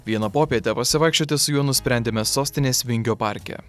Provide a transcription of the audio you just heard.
vieną popietę pasivaikščioti su juo nusprendėme sostinės vingio parke